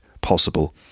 possible